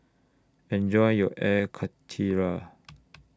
Enjoy your Air Karthira